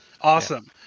Awesome